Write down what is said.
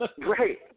great